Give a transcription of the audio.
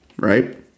right